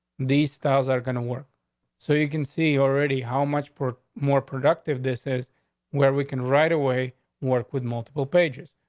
these styles are gonna work so you can see already how much port more productive. this is where we can right away work with multiple pages.